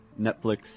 Netflix